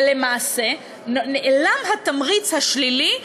ולמעשה נעלם התמריץ השלילי,